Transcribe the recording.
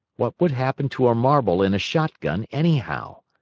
what would happen to a marble in a shotgun, anyhow?